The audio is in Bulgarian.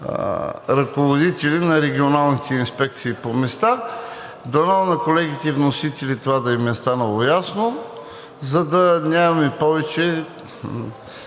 ръководители на регионалните инспекции по места. Дано на колегите вносители това да им е станало ясно, за да нямаме повече